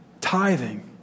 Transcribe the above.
tithing